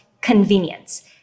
convenience